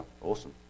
Awesome